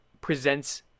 presents